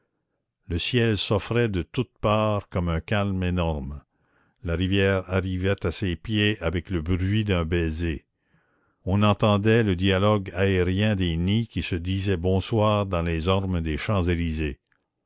le ciel s'offrait de toutes parts comme un calme énorme la rivière arrivait à ses pieds avec le bruit d'un baiser on entendait le dialogue aérien des nids qui se disaient bonsoir dans les ormes des champs-élysées